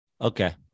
Okay